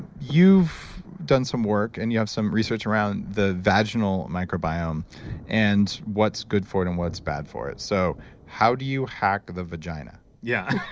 you've done some work and you have some research around the vaginal microbiome and what's good for it and what's bad for it. so how do you hack the vagina? yeah.